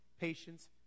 patience